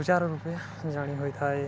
ସୁଚାରୁ ରୂପେ ଜାଣିହୋଇଥାଏ